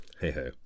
Hey-ho